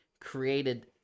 created